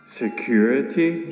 security